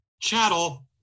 chattel